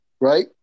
right